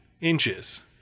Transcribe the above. inches